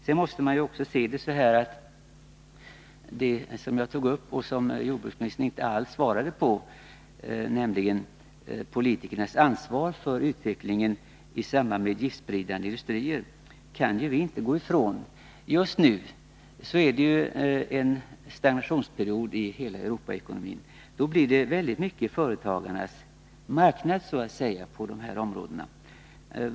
Jag tog vidare upp något som jordbruksministern inte alls bemötte, nämligen att politikerna inte kan frånsäga sig sitt ansvar för utvecklingen i samband med giftspridande industrier. Just nu råder en stagnationsperiod i hela den europeiska ekonomin. Då blir det väldigt mycket av företagarnas marknad, så att säga, på detta område.